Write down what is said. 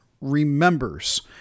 remembers